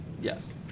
Yes